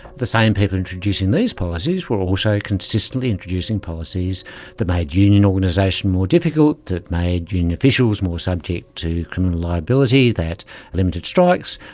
the same people introducing these policies were also consistently introducing policies that made union organisation more difficult, that made union officials more subject to criminal liability, that limited strikes,